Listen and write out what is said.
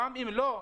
גם אם לא,